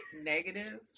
negative